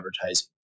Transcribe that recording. advertising